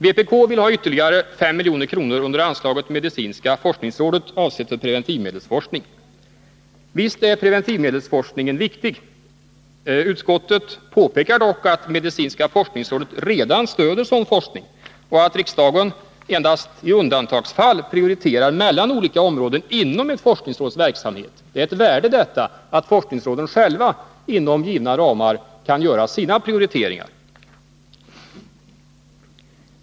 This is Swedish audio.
Vpk vill ha ytterligare 5 milj.kr. under anslaget medicinska forsknings rådet, avsett till preventivmedelsforskning. Visst är preventivmedelsforskningen viktig. Utskottet påpekar dock att medicinska forskningsrådet redan stöder sådan forskning och att riksdagen endast i undantagsfall gör prioriteringar mellan olika områden inom ett forskningsråds verksamhet. Det är av värde att forskningsråden själva inom givna ramar kan göra sina prioriteringar.